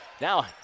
Now